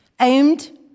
Aimed